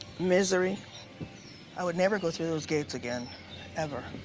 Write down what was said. misery i would never go through those gates again ever.